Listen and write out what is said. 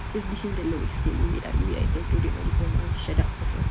just give him the look you see you wait you wait ah until I do diploma you shut up also